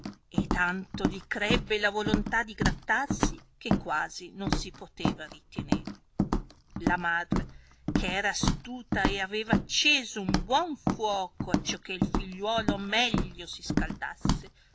e tanto gli crebbe la volontà di grattarsi che quasi non si poteva ritenere la madre che era astuta e aveva acceso un buon fuoco acciò che il figliuolo meglio si scaldasse